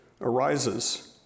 arises